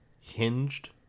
hinged